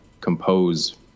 compose